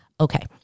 Okay